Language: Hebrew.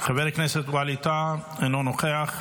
חבר הכנסת ווליד טאהא, אינו נוכח.